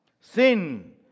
Sin